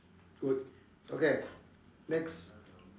good okay next